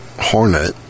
Hornet